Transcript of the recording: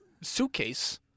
suitcase